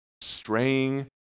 straying